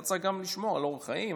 אתה צריך גם לשמור על אורח חיים,